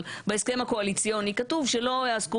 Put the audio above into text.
אבל בהסכם הקואליציוני כתוב שלא יעסקו